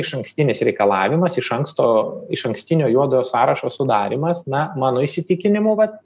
išankstinis reikalavimas iš anksto išankstinio juodojo sąrašo sudarymas na mano įsitikinimu vat